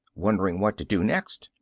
wondering what to do next,